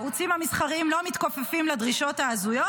הערוצים המסחריים לא מתכופפים לדרישות ההזויות,